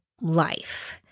life